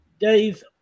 Dave